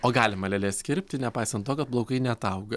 o galima lėles kirpti nepaisant to kad plaukai neatauga